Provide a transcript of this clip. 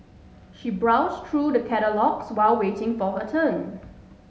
she browse through the catalogues while waiting for her turn